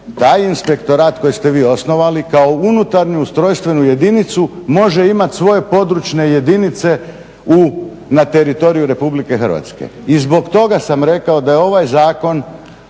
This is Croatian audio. taj inspektorat kojeg ste vi osnovali kao unutarnju ustrojstvenu jedinicu može imati svoje područne jedinice u, na teritoriju Republike Hrvatske. I zbog toga sam rekao da je ovaj zakon